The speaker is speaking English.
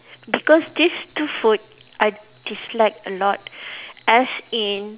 because this two food I dislike a lot as in